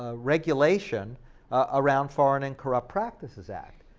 ah regulation around foreign and corrupt practices act,